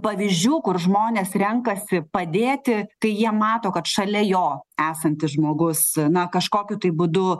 pavyzdžių kur žmonės renkasi padėti kai jie mato kad šalia jo esantis žmogus na kažkokiu būdu